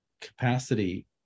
capacity